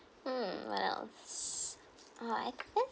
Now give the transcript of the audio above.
mm what else ah I guess